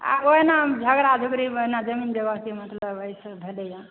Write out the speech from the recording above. आ ओहिना झगड़ा झुगड़ीमे ओहिना ज़मीन ज़बरदस्तीमे मतलब ईसभ भेलै हँ